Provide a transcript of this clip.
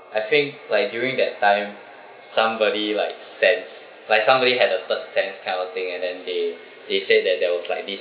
I think like during that time somebody like sense like somebody had a third sense kind of thing and then they they said that there was like this